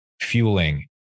fueling